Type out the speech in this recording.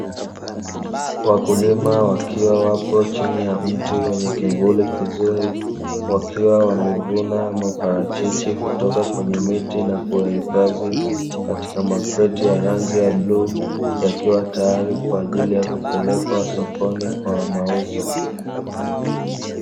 Wakulima wakiwa wapo chini ya mti wenye kivuli kizuri, wakiwa wamevuna maparachichi kutoka kwenye miti na kuyahifadhi katika makreti ya rangi ya bluu yakiwa tayari kupeleka sokoni kwa ajili ya mauzo.